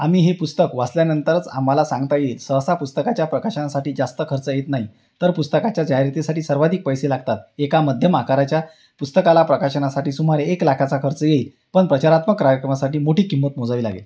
आम्ही हे पुस्तक वाचल्यानंतरच आम्हाला सांगता येईल सहसा पुस्तकाच्या प्रकाशनासाठी जास्त खर्च येत नाही तर पुस्तकाच्या जाहिरातीसाठी सर्वाधिक पैसे लागतात एका मध्यम आकाराच्या पुस्तकाला प्रकाशनासाठी सुमारे एक लाखाचा खर्च येईल पण प्रचारात्मक कार्यक्रमासाठी मोठी किंमत मोजावी लागेल